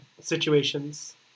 situations